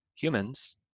Humans